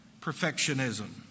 perfectionism